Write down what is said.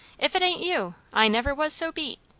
if it ain't you! i never was so beat.